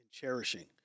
cherishing